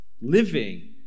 living